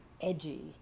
edgy